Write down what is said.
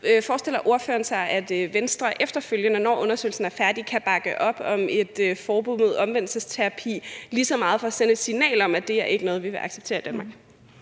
Forestiller ordføreren sig, at Venstre efterfølgende, når undersøgelsen er færdig, kan bakke op om et forbud mod omvendelsesterapi – lige så meget for at sende et signal om, at det ikke er noget, vi vil acceptere i Danmark?